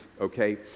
Okay